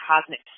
Cosmic